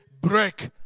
break